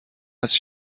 هست